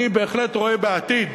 אני בהחלט רואה בעתיד